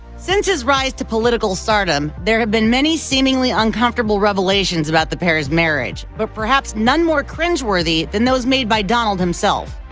since his rise to political stardom, there have been many seemingly uncomfortable revelations about the pair's marriage, but perhaps none more cringeworthy than those made by donald himself.